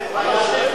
כבוד השר,